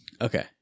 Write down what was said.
Okay